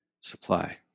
supply